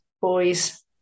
boys